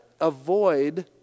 avoid